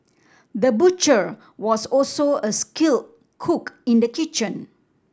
the butcher was also a skilled cook in the kitchen